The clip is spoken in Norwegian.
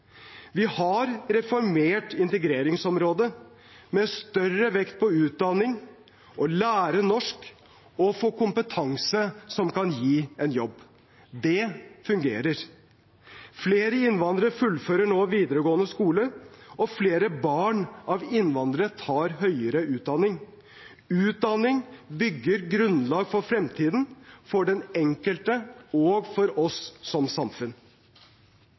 Vi har reformert integreringsområdet – med større vekt på utdanning, å lære norsk og å få kompetanse som kan gi en jobb. Det fungerer. Flere innvandrere fullfører nå videregående skole, og flere barn av innvandrere tar høyere utdanning. Utdanning bygger grunnlag for fremtiden – for den enkelte og for oss som samfunn.